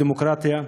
הדמוקרטיה?